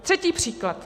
Třetí příklad.